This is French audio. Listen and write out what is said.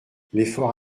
l’effort